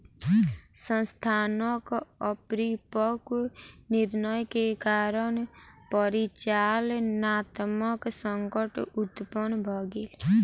संस्थानक अपरिपक्व निर्णय के कारण परिचालनात्मक संकट उत्पन्न भ गेल